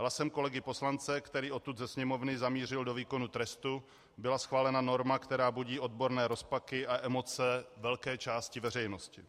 Hlasem kolegy poslance, který odtud ze Sněmovny zamířil do výkonu trestu, byla schválena norma, která budí odborné rozpaky a emoce velké části veřejnosti.